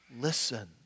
Listen